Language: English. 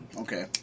Okay